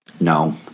No